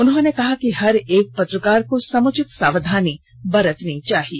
उन्होंने कहा कि हर एक पत्रकार को समुचित सावधानी बरतनी चाहिये